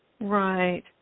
right